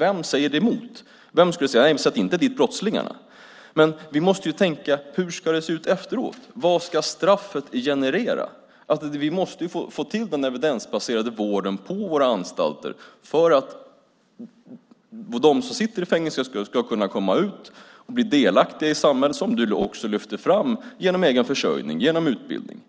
Vem säger emot? Vem skulle säga att brottslingar inte ska sättas dit? Men vi måste tänka på hur det ska se ut efteråt. Vad ska straffet generera? Vi måste få till den evidensbaserade vården på våra anstalter för att de som sitter i fängelse ska komma ut och bli delaktiga i samhället, som du också lyfte fram, genom egen försörjning och utbildning.